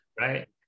right